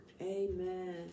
Amen